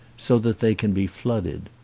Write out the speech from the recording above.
so that they can be flooded.